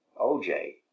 OJ